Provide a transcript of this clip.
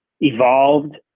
evolved